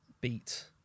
beat